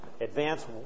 advance